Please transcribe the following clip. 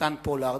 יהונתן פולארד.